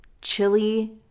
chili